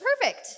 perfect